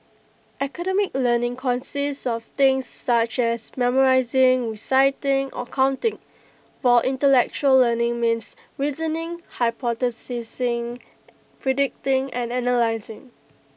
academic learning consists of things such as memorising reciting or counting while intellectual learning means reasoning hypothesising predicting and analysing